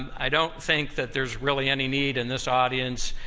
i don't think that there's really any need in this audience,